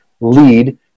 lead